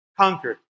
conquered